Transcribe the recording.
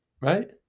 Right